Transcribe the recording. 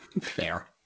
Fair